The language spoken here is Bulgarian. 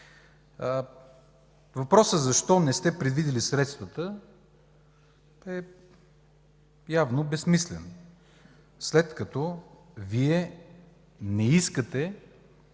Въпросът защо не сте предвидили средствата явно е безсмислен, след като Вие не искате